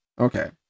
Okay